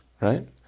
right